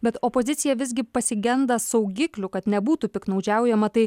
bet opozicija visgi pasigenda saugiklių kad nebūtų piktnaudžiaujama tai